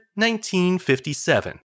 1957